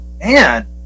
man